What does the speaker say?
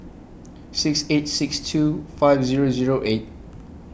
six eight six two five Zero Zero eight